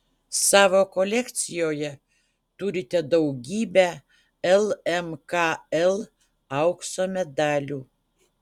savo kolekcijoje turite daugybę lmkl aukso medalių